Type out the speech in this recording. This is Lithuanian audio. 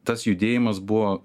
tas judėjimas buvo